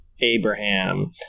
abraham